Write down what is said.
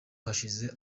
hashize